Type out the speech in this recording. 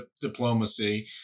diplomacy